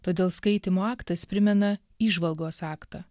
todėl skaitymo aktas primena įžvalgos aktą